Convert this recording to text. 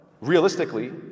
realistically